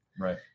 right